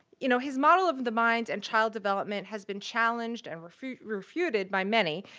you know, his model of the mind and child development has been challenged and refuted refuted by many,